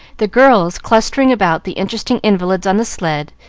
the girls clustering about the interesting invalids on the sled,